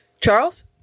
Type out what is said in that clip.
Charles